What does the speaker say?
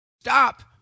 Stop